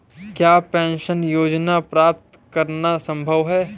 क्या पेंशन योजना प्राप्त करना संभव है?